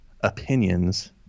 opinions